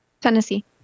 Tennessee